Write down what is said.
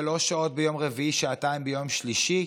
שלוש שעות ביום רביעי, שעתיים ביום שלישי?